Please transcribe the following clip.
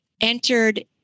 entered